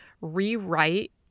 rewrite